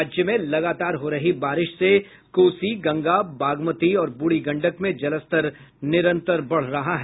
राज्य में लगातार हो रही बारिश से कोसी गंगा बागमती और ब्रढ़ी गंडक में जलस्तर निरन्तर बढ़ रहा है